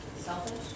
Selfish